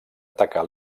atacar